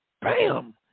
bam